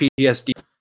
PTSD